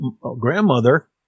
grandmother